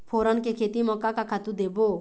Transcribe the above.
फोरन के खेती म का का खातू देबो?